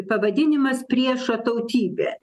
pavadinimas priešo tautybė